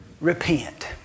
repent